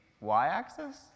y-axis